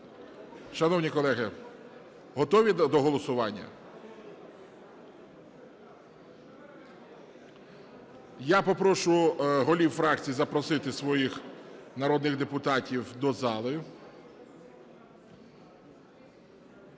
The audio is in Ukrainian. Шановні колеги, готові до голосування? Я попрошу голів фракцій запросити своїх народних депутатів до зали.